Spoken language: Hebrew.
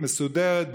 מסודרת,